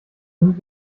sind